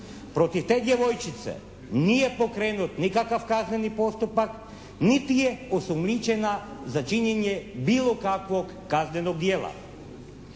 Protiv te djevojčice nije pokrenut nikakav kazneni postupak niti je osumnjičena za činjenje bilo kakvog kaznenog djela.